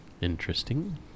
Interesting